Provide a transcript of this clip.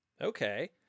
Okay